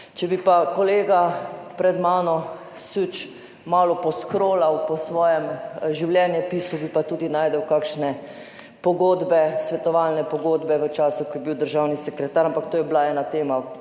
Če bi pa kolega pred mano Süč malo poskrolal po svojem življenjepisu, bi pa tudi našel kakšne pogodbe, svetovalne pogodbe v času, ko je bil državni sekretar, ampak to je bila ena tema